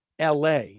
LA